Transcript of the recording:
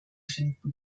finden